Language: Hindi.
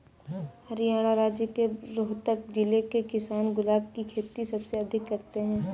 हरियाणा राज्य के रोहतक जिले के किसान गुलाब की खेती सबसे अधिक करते हैं